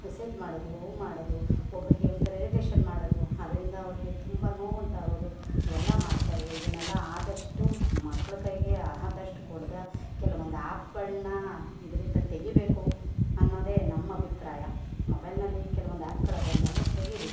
message ಮಾಡೋದು ಅವು ಮಾಡೋದು ಒಬ್ಬರಿಗೆ ಒಂಥರ ಇರಿಟೇಷನ್ ಮಾಡೋದು ಅದರಿಂದ ಅವರಿಗೆ ತುಂಬ ನೋವು ಉಂಟಾಗೋದು ಇವೆಲ್ಲ ಮಾಡ್ತಾರೆ ಇದನ್ನೆಲ್ಲ ಆದಷ್ಟು ಮಕ್ಕಳು ಕೈಗೆ ಆದಷ್ಟು ಕೊಡದ ಕೆಲವೊಂದು ಆ್ಯಪ್ಗಳನ್ನ ಇದರಿಂದ ತೆಗಿಬೇಕು ಅನ್ನೋದೆ ನಮ್ಮ ಅಭಿಪ್ರಾಯ ಮೊಬೈಲ್ನಲ್ಲಿ ಕೆಲವೊಂದು ಆ್ಯಪ್ಗಳು ಅವೆ ಅವನ್ನೆಲ್ಲ ತೆಗೀರಿ